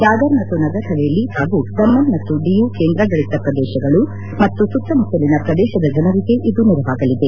ದಾದರ್ ಮತ್ತು ನಗರ್ ಹವೆಲಿ ಹಾಗೂ ದಮನ್ ಮತ್ತು ಡಿಯು ಕೇಂದ್ರಡಾಳಿತ ಪ್ರದೇಶಗಳು ಮತ್ತು ಸುತ್ತಮುತ್ತಲಿನ ಪ್ರದೇಶದ ಜನರಿಗೆ ಇದು ನೆರವಾಗಲಿದೆ